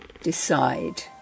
decide